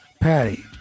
Patty